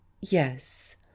yes